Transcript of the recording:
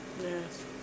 Yes